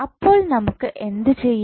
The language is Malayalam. അപ്പോൾ നമുക്ക് എന്ത് ചെയ്യാം